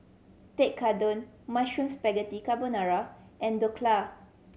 Tekkadon Mushroom Spaghetti Carbonara and Dhokla